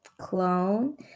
clone